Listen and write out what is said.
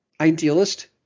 idealist